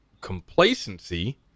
complacency